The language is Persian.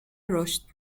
رشد